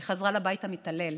היא חזרה לבית המתעלל.